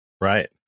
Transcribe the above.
Right